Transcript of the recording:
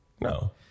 No